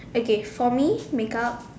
okay for me make up